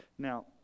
Now